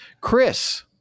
chris